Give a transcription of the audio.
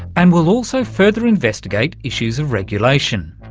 and we'll also further investigate issues of regulation.